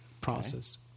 Process